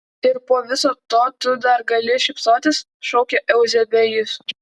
ir po viso to tu dar gali šypsotis šaukė euzebijus